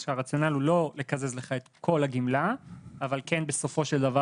שהרציונל הוא לא לקזז לך את כל הגמלה אבל כן בסופו של דבר